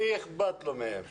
לא אכפת להם מהם.